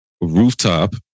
Rooftop